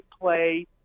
play